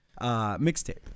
mixtape